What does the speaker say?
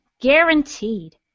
Guaranteed